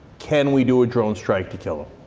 can we do a drone strike to kill him?